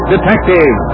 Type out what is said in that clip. Detective